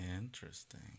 Interesting